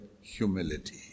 humility